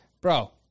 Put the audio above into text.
Bro